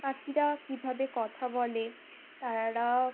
পাখিরা কীভাবে কথা বলে তারা